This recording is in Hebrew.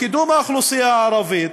לקידום האוכלוסייה הערבית,